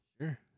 Sure